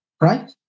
right